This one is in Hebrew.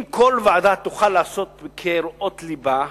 אם כל ועדה תוכל לעשות כראות לבה,